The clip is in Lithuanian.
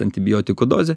antibiotikų dozė